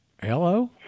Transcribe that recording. Hello